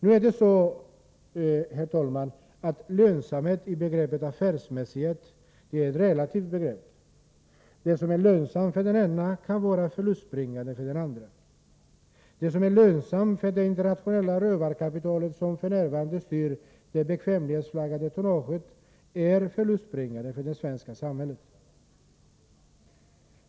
Nu är det också så, herr talman, att lönsamhet i betydelsen affärsmässighet är ett relativt begrepp. Det som är lönsamt för den ene kan vara förlustbringande för den andre. Det som är lönsamt för det internationella rövarkapital som f. n. styr det bekvämlighetsflaggade tonnaget är förlustbringande för det svenska samhället.